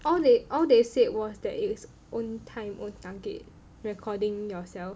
all they all they said was that it's own time own target recording yourself